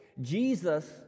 Jesus